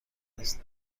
است